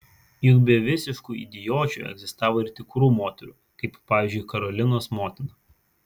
juk be visiškų idiočių egzistavo ir tikrų moterų kaip pavyzdžiui karolinos motina